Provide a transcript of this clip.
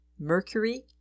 mercury